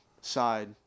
side